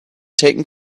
taken